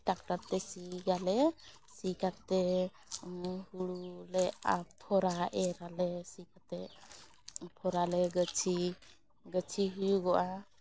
tractor ᱛᱮ ᱥᱤᱭᱟᱞᱮ ᱥᱤ ᱠᱟᱛᱮ ᱦᱳᱲᱳ ᱞᱮ ᱟᱯᱷᱚᱨᱟ ᱮᱨᱻ ᱟᱞᱮ ᱥᱤ ᱠᱟᱛᱮ ᱟᱯᱷᱚᱨᱟᱞᱮ ᱜᱟᱹᱪᱷᱤ ᱜᱟᱹᱪᱷᱤ ᱦᱩᱭᱩᱜᱚᱜᱼᱟ